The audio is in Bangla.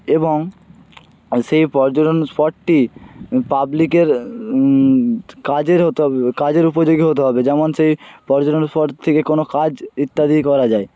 এবং সেই পর্যটন স্পটটি পাবলিকের কাজের হতে হবে কাজের উপযোগী হতে হবে যেমন সেই পর্যটন স্পট থেকে কোনো কাজ ইত্যাদি করা যায়